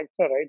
right